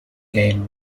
game